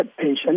patient